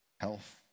health